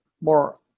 more